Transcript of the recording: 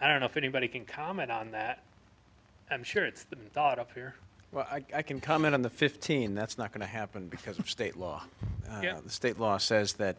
i don't know if anybody can comment on that i'm sure it's been thought up here i can comment on the fifteen that's not going to happen because of state law the state law says that